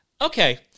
okay